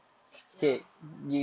ya